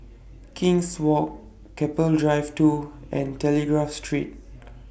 King's Walk Keppel Drive two and Telegraph Street